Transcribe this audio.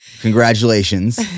congratulations